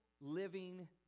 living